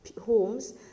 homes